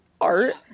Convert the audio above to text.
art